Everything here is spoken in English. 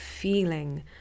feeling